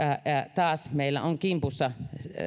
taas meillä on kimpussa